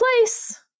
place